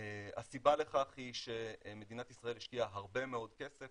הסיבה לכך היא שמדינת ישראל השקיעה הרבה מאוד כסף